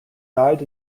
died